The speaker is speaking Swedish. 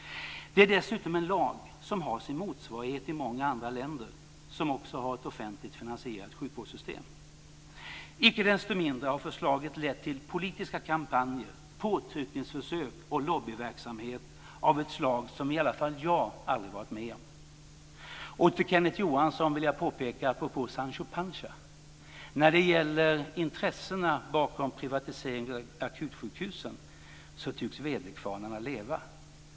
Det är dessutom en lag som har sin motsvarighet i många andra länder som också har ett offentligt finansierat sjukvårdssystem. Icke desto mindre har förslaget lett till politiska kampanjer, påtryckningsförsök och lobbyverksamhet av ett slag som jag i alla fall aldrig varit med om. Till Kenneth Johansson kan jag påpeka apropå Sancho Panza att när det gäller intressena bakom privatisering av akutsjukhusen tycks väderkvarnarna leva.